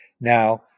Now